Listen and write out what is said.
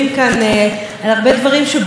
בוערים לנו כאן ועכשיו.